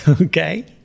okay